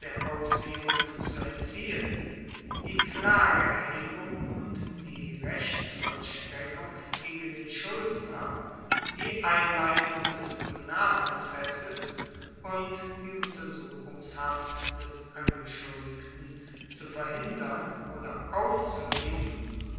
aushebung zu entziehen die klageerhebung und die rechtsvollstreckung gegen den schuldner die einleitung des kriminalprozesses und die untersuchungshaft des angeschuldigten zu verhindern oder aufzuheben